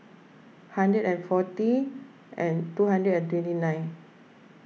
hundred and forty and two hundred and twenty nine